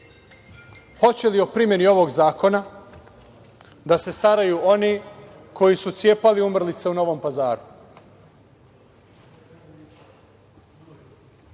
Hoće li o primeni ovog zakona da se staraju oni koji su cepali umrlice u Novom Pazaru?